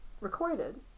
recorded